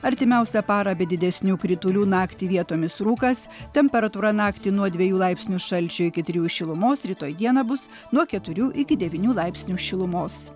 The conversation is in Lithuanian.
artimiausią parą be didesnių kritulių naktį vietomis rūkas temperatūra naktį nuo dviejų laipsnių šalčio iki trijų šilumos rytoj dieną bus nuo keturių iki devynių laipsnių šilumos